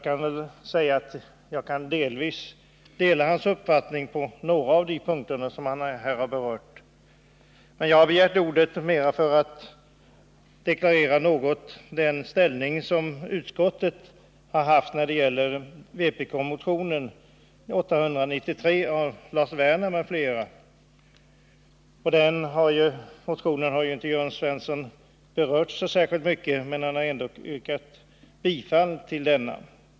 Men jag kan delvis dela hans uppfattning på några av de punkter som han har berört. Jag har begärt ordet för att något deklarera utskottets ställningstagande när det gäller vpk-motionen 893 av Lars Werner m.fl. Den motionen har Jörn Svensson inte berört särskilt mycket, men han har ändå yrkat bifall till den.